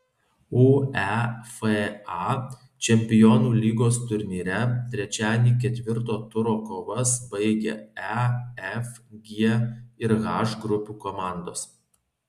uefa čempionų lygos turnyre trečiadienį ketvirto turo kovas baigė e f g ir h grupių komandos